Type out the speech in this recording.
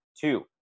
two